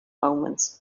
omens